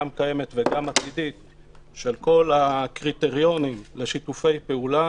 קיימת וגם עתידית של כל הקריטריונים לשיתופי פעולה